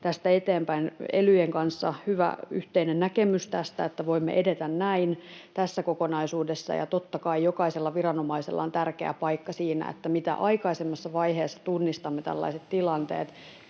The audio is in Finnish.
Elyjen kanssa on hyvä yhteinen näkemys tästä, että voimme edetä näin tässä kokonaisuudessa, ja totta kai jokaisella viranomaisella on tärkeä paikka siinä, että mitä aikaisemmassa vaiheessa tunnistamme tällaiset tilanteet,